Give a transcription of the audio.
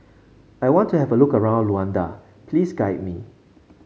I want to have a look around Luanda please guide me